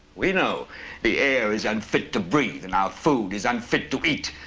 we know the air is unfit to breathe and our food is unfit to eat.